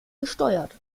gesteuert